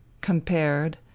compared